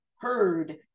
heard